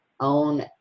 own